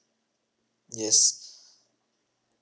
yes